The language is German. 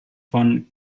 von